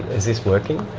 is this working?